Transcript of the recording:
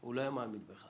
הוא לא היה מאמין בך.